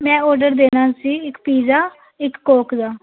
ਮੈ ਔਡਰ ਦੇਣਾ ਸੀ ਇੱਕ ਪੀਜ਼ਾ ਇੱਕ ਕੋਕ ਦਾ